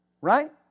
Right